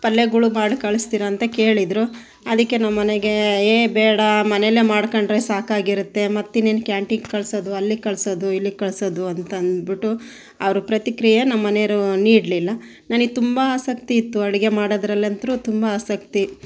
ಪಲ್ಯಗಳು ಮಾಡಿ ಕಳಿಸ್ತೀರಾ ಅಂತ ಕೇಳಿದರು ಅದಕ್ಕೆ ನಮ್ಮ ಮನೆಗೆ ಏ ಬೇಡ ಮನೆಯಲ್ಲೇ ಮಾಡ್ಕೊಂಡ್ರೆ ಸಾಕಾಗಿರುತ್ತೆ ಮತ್ತಿನ್ನೇನು ಕ್ಯಾಂಟೀಂಗೆ ಕಳ್ಸೋದು ಅಲ್ಲಿಗೆ ಕಳ್ಸೋದು ಇಲ್ಲಿಗೆ ಕಳ್ಸೋದು ಅಂತಂದ್ಬಿಟ್ಟು ಅವರು ಪ್ರತಿಕ್ರಿಯೆ ನಮ್ಮ ಮನೆಯವರು ನೀಡಲಿಲ್ಲ ನನಗೆ ತುಂಬ ಆಸಕ್ತಿ ಇತ್ತು ಅಡಿಗೆ ಮಾಡೋದ್ರಲ್ಲಿ ಅಂತೂ ತುಂಬ ಆಸಕ್ತಿ